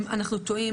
אז הוא טועה.